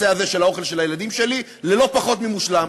הזה של האוכל של הילדים שלי ללא פחות ממושלם.